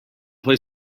play